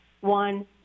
One